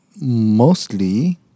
mostly